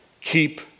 Keep